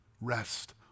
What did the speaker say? rest